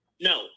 No